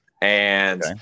And-